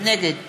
נגד